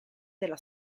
della